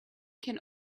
can